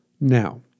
Now